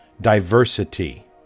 diversity